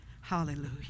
Hallelujah